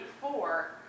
four